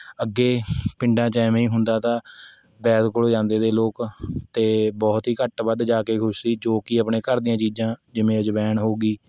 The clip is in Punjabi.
ਅੱਗੇ ਪਿੰਡਾਂ 'ਚ ਐਂਵੇ ਹੀ ਹੁੰਦਾ ਤਾ ਵੈਦ ਕੋਲ ਜਾਂਦੇ ਤੇ ਲੋਕ ਅਤੇ ਬਹੁਤ ਹੀ ਘੱਟ ਵੱਧ ਜਾ ਕੇ ਖੁਸ਼ ਸੀ ਜੋ ਕਿ ਆਪਣੇ ਘਰ ਦੀਆਂ ਚੀਜ਼ਾਂ ਜਿਵੇਂ ਅਜਵੈਣ ਹੋ ਗਈ